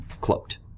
cloaked